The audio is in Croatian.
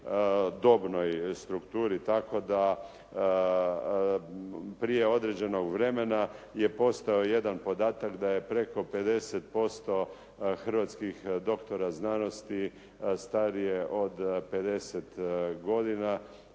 dobnoj strukturi. Tako da prije određenog vremena je postao jedan podatak da je preko 50% hrvatskih doktora znanosti starije od 50 godina,